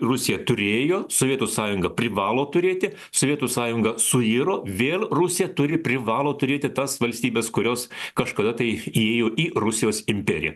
rusija turėjo sovietų sąjunga privalo turėti sovietų sąjunga suiro vėl rusija turi privalo turėti tas valstybes kurios kažkada tai įėjo į rusijos imperiją